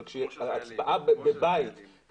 אבל בבית,